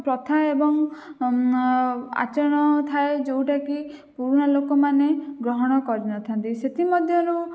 ପ୍ରଥା ଏବଂ ଆଚରଣ ଥାଏ ଯୋଉଟାକି ପୁରୁଣା ଲୋକମାନେ ଗ୍ରହଣ କରିନଥାନ୍ତି ସେଥିମଧ୍ୟରୁ